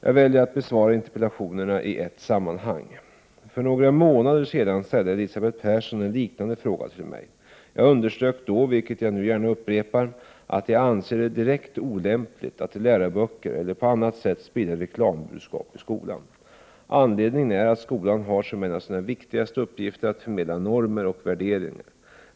Jag väljer att besvara interpellationerna i ett sammanhang. För några månader sedan ställde Elisabeth Persson en liknande fråga till mig. Jag underströk då, vilket jag nu gärna upprepar, att jag anser det direkt olämpligt att i läroböcker eller på annat sätt sprida reklambudskap i skolan. Anledningen är att skolan har som en av sina viktigaste uppgifter att förmedla normer och värderingar.